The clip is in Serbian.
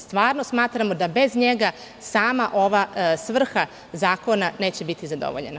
Stvarno smatramo da bez njega sama ova svrha zakona neće biti zadovoljena.